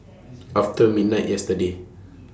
after midnight yesterday